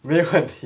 没有问题